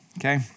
Okay